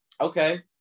Okay